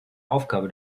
aufgabe